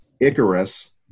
Icarus